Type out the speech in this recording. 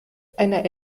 einer